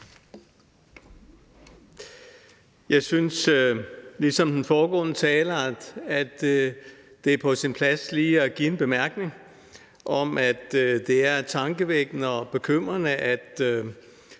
Jeg synes ligesom den foregående taler, at det er på sin plads lige at give en bemærkning om, at det er tankevækkende og bekymrende, at